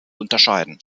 unterscheiden